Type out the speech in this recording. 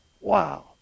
wow